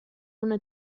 una